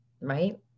Right